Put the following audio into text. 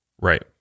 Right